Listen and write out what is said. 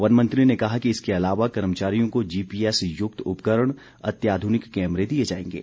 वनमंत्री ने कहा कि इसके अलावा कर्मचारियों को जीपीएस युक्त उपकरण अत्याधुनिक कैमरे दिए जाएंगे